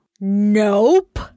Nope